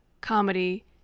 comedy